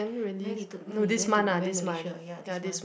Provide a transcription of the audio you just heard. very little no you went to you went Malaysia ya this month